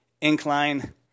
incline